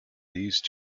these